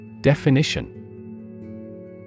Definition